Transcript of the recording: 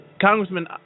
Congressman